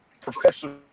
professional